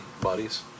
bodies